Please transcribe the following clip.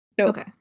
okay